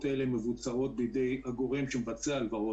האלה מבוצעות על ידי הגורם שמבצע הלוואות,